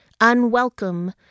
unwelcome